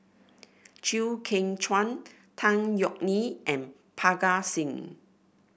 Chew Kheng Chuan Tan Yeok Nee and Parga Singh